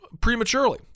prematurely